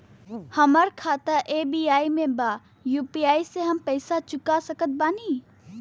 हमारा खाता एस.बी.आई में बा यू.पी.आई से हम पैसा चुका सकत बानी?